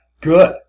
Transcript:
Good